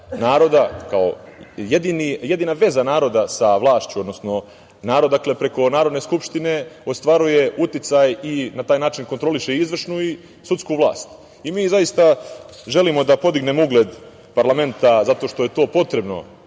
naroda, kao jedina veza naroda sa vlašću… Dakle, narod preko Narodne skupštine ostvaruje uticaj i na taj način kontroliše i izvršnu i sudsku vlast i mi zaista želimo da podignemo ugled parlamenta, zato što je to potrebno,